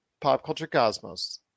popculturecosmos